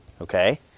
Okay